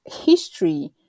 history